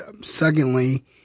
secondly